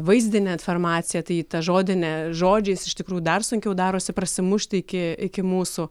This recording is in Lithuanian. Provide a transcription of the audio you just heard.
vaizdinę informaciją tai ta žodine žodžiais iš tikrųjų dar sunkiau darosi prasimušti iki iki mūsų